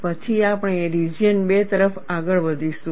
પછી આપણે રિજિયન 2 તરફ આગળ વધીશું